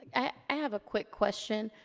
i have a quick question.